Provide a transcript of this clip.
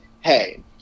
Hey